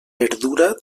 verdura